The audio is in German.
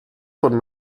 vom